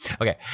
Okay